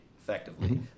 effectively